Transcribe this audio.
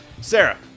Sarah